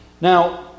Now